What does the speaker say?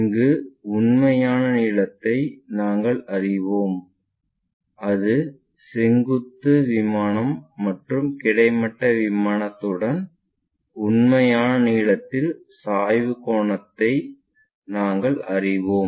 இங்கு உண்மையான நீளத்தை நாங்கள் அறிவோம் அது செங்குத்து விமானம் மற்றும் கிடைமட்ட விமானத்துடன் உண்மையான நீலத்தின் சாய்வு கோணத்தை நாங்கள் அறிவோம்